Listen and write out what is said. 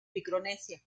micronesia